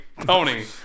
Tony